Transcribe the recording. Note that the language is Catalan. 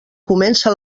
comença